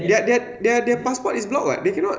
their their their passport is blocked [what] they cannot